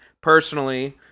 personally